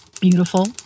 beautiful